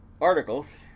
articles